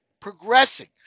progressing